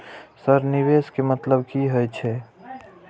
Sir निवेश के मतलब की हे छे?